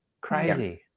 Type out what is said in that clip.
Crazy